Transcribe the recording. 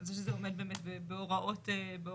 זה שזה עומד בהוראות נוספות.